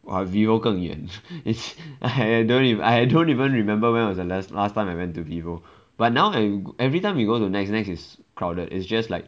!wah! vivo 更远 it's I don't even I don't even remember when was the last last time I went to vivo but now that every time you go to the nex nex is crowded it's just like